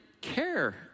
care